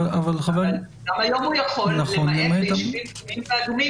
גם היום הוא יכול למעט בישובים אדומים